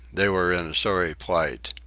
they were in a sorry plight.